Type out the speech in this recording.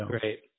Great